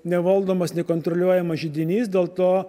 nevaldomas nekontroliuojamas židinys dėl to